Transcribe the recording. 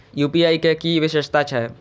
UPI के कि विषेशता छै?